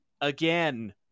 again